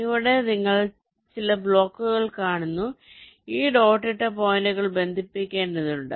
ഇവിടെ നിങ്ങൾ ചില ബ്ലോക്കുകൾ കാണുന്നു ഈ ഡോട്ട് ഇട്ട പോയിന്റുകൾ ബന്ധിപ്പിക്കേണ്ടതുണ്ട്